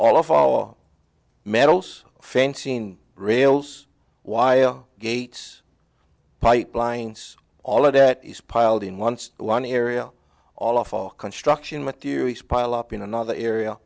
all of our metals fanzine rails why are gates pipelines all of that is piled in once one area all of our construction materials pile up in another area